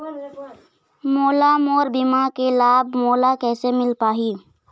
मोला मोर बीमा के लाभ मोला किसे मिल पाही?